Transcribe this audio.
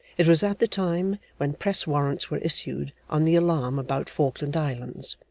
it was at the time when press warrants were issued, on the alarm about falkland islands.